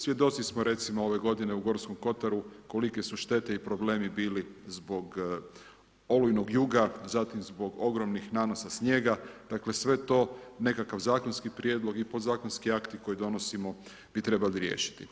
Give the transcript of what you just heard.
Svjedoci smo recimo ove g. u Gorskom kotaru, kolike su štete i problemi bili zbog olujnog juta, zatim zbog ogromnih nanosa snijega, dakle, sve to, nekakav zakonski prijedlog i podzakonski akti, koji donosimo bi trebali riješiti.